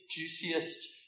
juiciest